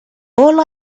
all